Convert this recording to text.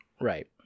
Right